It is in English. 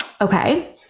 okay